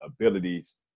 abilities